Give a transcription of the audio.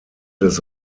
des